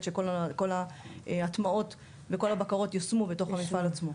כל ההטמעות וכל הבקרות יושמו בתוך המפעל עצמו.